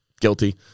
Guilty